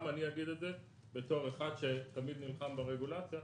גם אני אגיד את זה בתור אחד שתמיד נלחם ברגולציה.